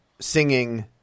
singing